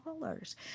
dollars